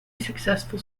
successful